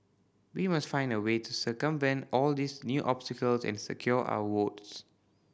we must find a way to circumvent all these new obstacles and secure our votes